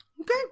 Okay